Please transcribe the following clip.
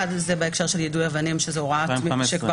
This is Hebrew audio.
אחד, זה בהקשר של יידוי אבנים שזו הוראה שכבר